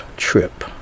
Trip